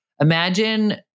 Imagine